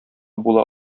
була